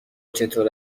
چطور